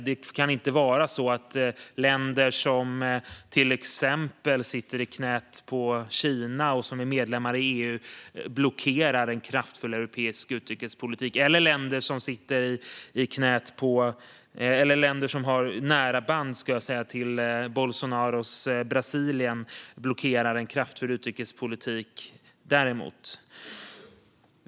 Det kan inte vara så att exempelvis länder som sitter i knät på Kina och som är medlemmar i EU blockerar en kraftfull europeisk utrikespolitik eller att länder som har nära band till Bolsonaros Brasilien blockerar en kraftfull utrikespolitik däremot.